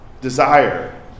desire